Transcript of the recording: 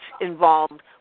involved